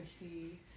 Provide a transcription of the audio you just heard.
see